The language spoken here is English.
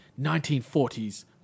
1940s